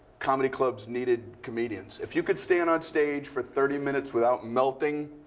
comedy clubs needed comedians. if you could stand on stage for thirty minutes without melting,